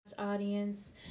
audience